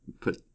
put